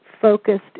focused